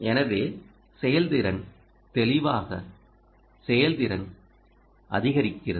எனவே செயல்திறன் தெளிவாக செயல்திறன் அதிகரிக்கிறது